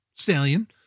stallion